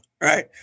Right